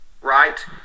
right